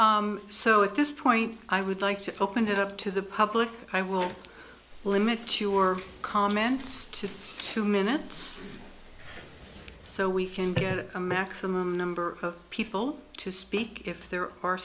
city so at this point i would like to open it up to the public i will limit your comments to two minutes so we can pare that a maximum number of people to speak if there are